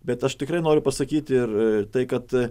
bet aš tikrai noriu pasakyti ir tai kad